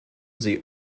sie